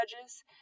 judges